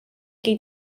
gei